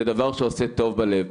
זה דבר שעושה טוב בלב,